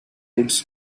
woods